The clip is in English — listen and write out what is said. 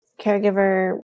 caregiver